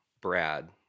Brad